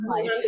life